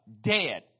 Dead